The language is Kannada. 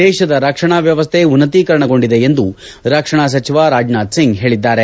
ದೇತದ ರಕ್ಷಣಾ ವ್ಯವಸ್ಟೆ ಉನ್ನತೀಕರಣಗೊಂಡಿದೆ ಎಂದು ರಕ್ಷಣಾ ಸಚಿವ ರಾಜನಾಥ್ ಸಿಂಗ್ ಹೇಳಿದ್ದಾರೆ